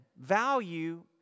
value